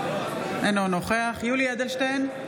אינו נוכח יולי יואל אדלשטיין,